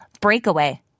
Breakaway